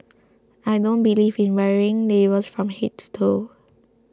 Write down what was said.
I don't believe in wearing labels from head to toe